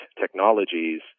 technologies